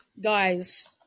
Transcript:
Guys